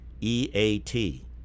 E-A-T